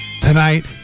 Tonight